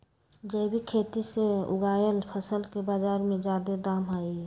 जैविक खेती से उगायल फसल के बाजार में जादे दाम हई